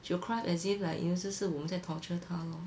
she will cry as if like you know 是我们在 torture 她 lor